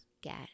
get